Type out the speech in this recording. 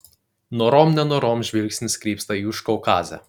norom nenorom žvilgsnis krypsta į užkaukazę